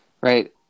Right